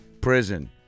prison